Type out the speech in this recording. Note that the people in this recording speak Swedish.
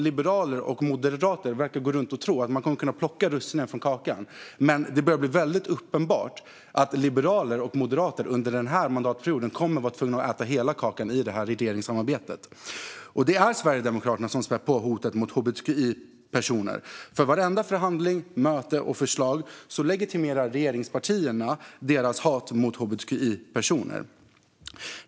Liberaler och moderater verkar gå runt och tro att de kommer att kunna plocka russinen ur kakan, men det börjar bli väldigt uppenbart att liberaler och moderater under den här mandatperioden kommer att bli tvungna att äta hela kakan i detta regeringssamarbete. Det är Sverigedemokraterna som spär på hotet mot hbtqi-personer. Genom varenda förhandling, vartenda möte och vartenda förslag legitimerar regeringspartierna deras hat mot hbtqi-personer.